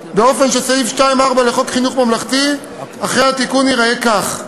באופן שסעיף 2(4) לחוק חינוך ממלכתי אחרי התיקון ייראה כך: